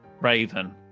Raven